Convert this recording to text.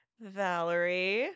Valerie